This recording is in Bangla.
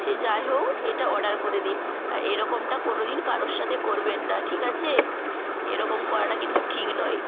সে যাই হোক এটা অর্ডার করে দিন আর এরকমটা কোনো দিন কারোর সাথে করবেন না ঠিক আছে এরকম করাটা কিন্তু ঠিক নয়